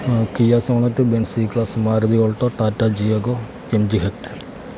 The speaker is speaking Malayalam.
Keya Sonet Benz C class Maruti Alto Tata Tiago M G hectare